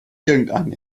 irgendeinen